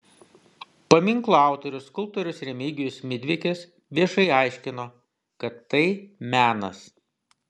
paminklo autorius skulptorius remigijus midvikis viešai aiškino kad tai menas